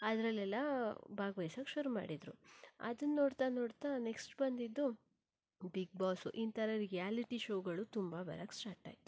ಅದರಲ್ಲೆಲ್ಲ ಭಾಗವಹಿಸಕ್ಕೆ ಶುರು ಮಾಡಿದರು ಅದನ್ನು ನೋಡ್ತಾ ನೋಡ್ತಾ ನೆಕ್ಸ್ಟ್ ಬಂದಿದ್ದು ಬಿಗ್ ಬಾಸ್ ಈ ಥರ ರಿಯಾಲಿಟಿ ಶೋಗಳು ತುಂಬ ಬರೋಕ್ಕೆ ಸ್ಟಾರ್ಟ್ ಆಯಿತು